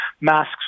masks